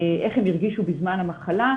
איך הם הרגישו בזמן המחלה,